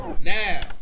Now